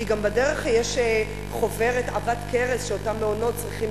כי בדרך יש חוברת עבת כרס שאותם מעונות צריכים